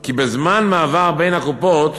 כי בזמן מעבר בין קופות,